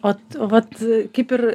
o vat kaip ir